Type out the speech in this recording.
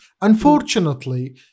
Unfortunately